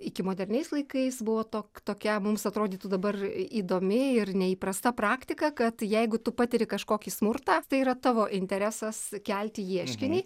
iki moderniais laikais buvo tok tokia mums atrodytų dabar įdomi ir neįprasta praktika kad jeigu tu patiri kažkokį smurtą tai yra tavo interesas kelti ieškinį